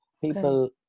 people